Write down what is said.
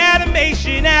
Animation